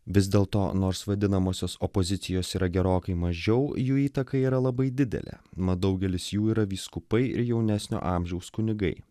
vis dėl to nors vadinamosios opozicijos yra gerokai mažiau jų įtaka yra labai didelė mat daugelis jų yra vyskupai ir jaunesnio amžiaus kunigai